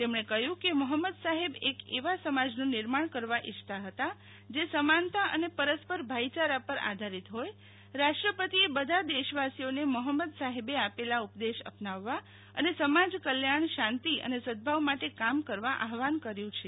તેમણે કહ્યુ કે મોહમ્મદ સાહેબ એક એવા સમાજનું નિર્માણ કરવા ઈચ્છતા હતા જે સમાનતા અને પરસ્પર ભાઈયારા પર આધારીત હોય રાષ્ટ્રપતિએ બધા દેશવાસીઓને મોહમ્મદ સાહેબે આપેલા ઉપદેશ અપનાવવા અને સમાજ કલ્યાણ શાંતિ અને સદભાવ માટે કામ કરવા આહવાન કર્યું છે